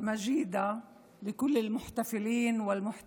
אני מאחלת חג מולד שמח ומבורך לכל החוגגים והחוגגות.